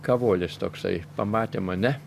kavolis toksai pamatė mane